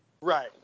Right